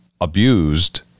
abused